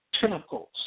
tentacles